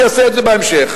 שיעשה את זה בהמשך,